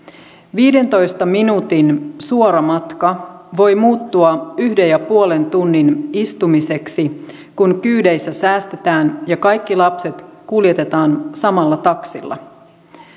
viidentoista minuutin suora matka voi muuttua yhden pilkku viiden tunnin istumiseksi kun kyydeissä säästetään ja kaikki lapset kuljetetaan samalla taksilla